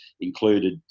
included